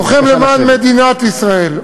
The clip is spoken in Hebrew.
לוחם למען מדינת ישראל,